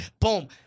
Boom